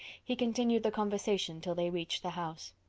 he continued the conversation till they reached the house.